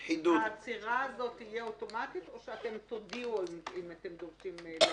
העצירה הזאת תהיה אוטומטית או שאתם תודיעו אם אתם דורשים לעצור?